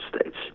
States